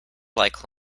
like